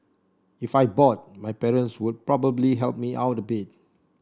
if I bought my parents would probably help me out a bit